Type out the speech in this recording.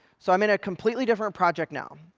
so i'm in a completely different project now.